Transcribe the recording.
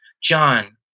John